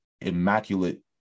immaculate